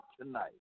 tonight